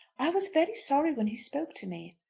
i was very sorry when he spoke to me.